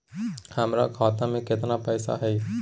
हमर खाता मे केतना पैसा हई?